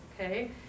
okay